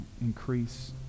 increase